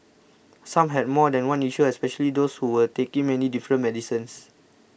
some had more than one issue especially those who were taking many different medicines